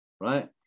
right